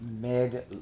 mid